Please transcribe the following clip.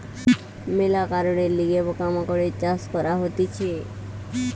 মেলা কারণের লিগে পোকা মাকড়ের চাষ করা হতিছে